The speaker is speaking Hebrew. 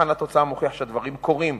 מבחן התוצאה מוכיח שהדברים קורים.